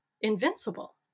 invincible